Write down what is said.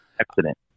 accident